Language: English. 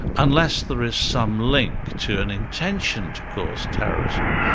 unless there is some link to an intention to cause terrorism,